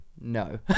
no